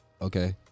Okay